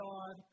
God